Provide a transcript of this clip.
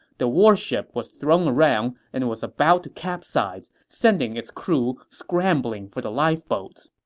the warship was thrown around and was about to capsize, sending its crew scrambling for the lifeboats.